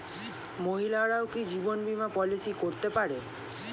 মহিলারাও কি জীবন বীমা পলিসি করতে পারে?